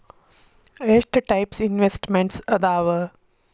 ಎಷ್ಟ types investments ಅದಾವ